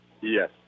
Yes